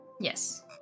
Yes